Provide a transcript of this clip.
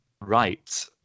Right